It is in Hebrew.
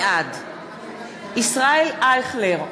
בעד ישראל אייכלר,